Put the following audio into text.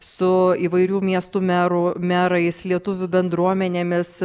su įvairių miestų merų merais lietuvių bendruomenėmis